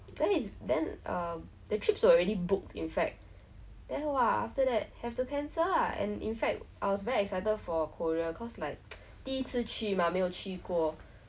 like this few years it's like you know the the use is like !wow! like when you turn like twenty then it's like oh you can do so many things your parents are not it's like you don't have so many commitments like